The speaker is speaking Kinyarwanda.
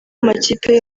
amakipe